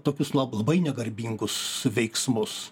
tokius na labai negarbingus veiksmus